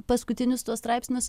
paskutinius tuos straipsnius